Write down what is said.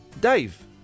Dave